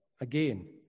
Again